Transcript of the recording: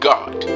God